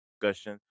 discussion